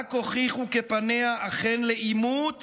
רק הוכיחו כי פניה אכן לעימות